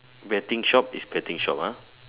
betting shop is betting shop ah